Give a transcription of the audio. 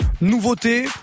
nouveauté